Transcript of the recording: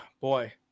boy